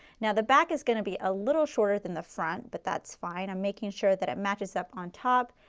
now the back is going to be a little shorter than the front, but thatis fine. i am making sure that it matches up on top.